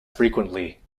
frequently